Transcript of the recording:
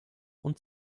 und